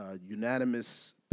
unanimous